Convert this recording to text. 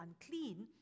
unclean